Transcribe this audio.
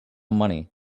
money